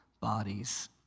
bodies